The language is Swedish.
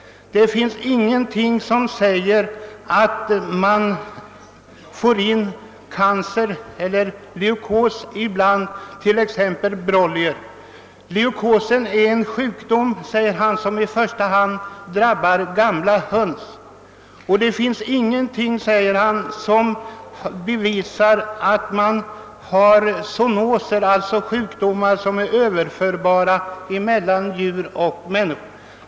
Det finns ingenting som säger att man får in cancer bland broilers och att leukos är en sjukdom som i första hand drabbar gamla höns. Det finns ingenting som bevisar att man har sjukdomar som är överförbara mellan djur och människor.